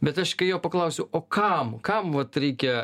bet aš kai jo paklausiau o kam kam vat reikia